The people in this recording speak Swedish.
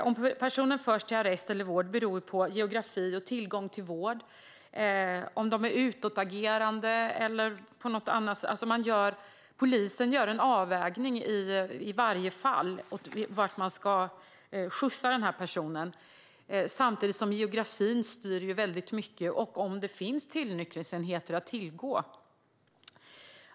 Om personer förs till arrest eller vård beror på geografi och tillgång till vård, om de är utåtagerande och så vidare. Polisen gör alltså en avvägning i varje fall vart man ska skjutsa personerna. Samtidigt styrs detta i stor utsträckning av geografin och om det finns tillnyktringsenheter att tillgå.